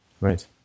Right